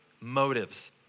motives